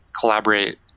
collaborate